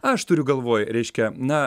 aš turiu galvoj reiškia na